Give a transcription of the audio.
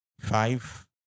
five